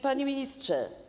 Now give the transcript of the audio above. Panie Ministrze!